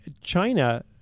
China